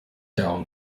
down